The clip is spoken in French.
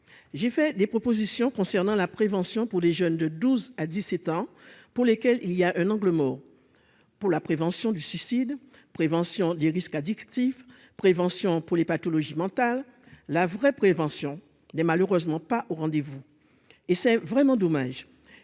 j'ai fait des propositions concernant la prévention pour les jeunes de 12 à 17 ans, pour lesquels il y a un angle mort pour la prévention du suicide, prévention des risques addictif prévention pour les pathologies mentales, la vraie prévention des malheureusement pas au rendez-vous et c'est vraiment dommage,